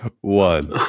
one